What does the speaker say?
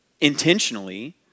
intentionally